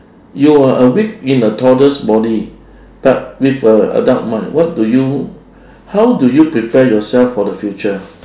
you are awake in a toddler's body but with a adult mind what do you how do you prepare yourself for the future